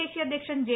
ദേശീയ അധ്യക്ഷൻ ജെ